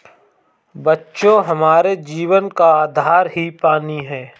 बच्चों हमारे जीवन का आधार ही पानी हैं